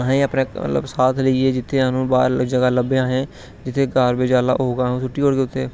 असें अपने मतलब साथ लेइयै जित्थे स्हानू बाहर जगह लब्भे असें जित्थै गारवेज आहला होग उत्थेै सुट्टी ओड़गे उत्थै